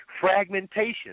Fragmentation